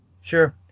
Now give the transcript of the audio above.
Sure